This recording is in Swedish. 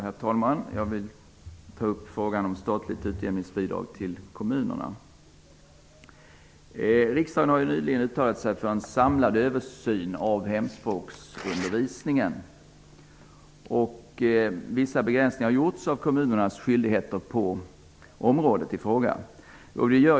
Herr talman! Jag vill ta upp frågan om statligt utjämningsbidrag till kommunerna. Riksdagen har ju nyligen uttalat sig för en samlad översyn av hemspråksundervisningen. Vissa begränsningar av kommunernas skyldigheter på området i fråga har gjorts.